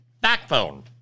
backbone